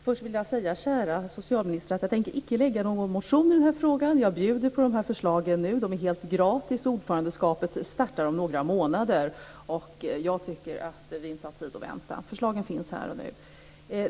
Fru talman! Jag tänker icke väcka någon motion i den här frågan, käre socialminister! Jag bjuder på de här förslagen nu - de är helt gratis. Ordförandeskapet startar om några månader, och jag tycker inte att vi har tid att vänta. Förslagen finns här och nu.